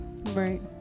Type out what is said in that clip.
Right